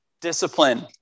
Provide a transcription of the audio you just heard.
discipline